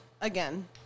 again